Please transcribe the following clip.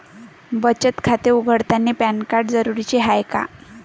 बचत खाते उघडतानी पॅन कार्ड जरुरीच हाय का?